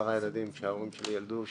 מעשרה ילדים שההורים שלי ילדו,